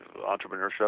entrepreneurship